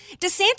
DeSantis